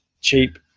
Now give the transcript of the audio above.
cheap